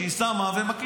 שהיא שמה ומקליטה.